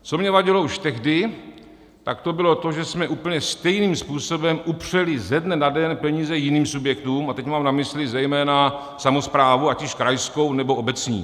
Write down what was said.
Co mně vadilo už tehdy, tak to bylo to, že jsme úplně stejným způsobem upřeli ze dne na den peníze jiným subjektům, a teď mám na mysli zejména samosprávu, ať již krajskou, nebo obecní.